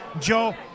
Joe